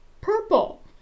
purple